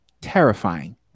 terrifying